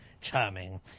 Charming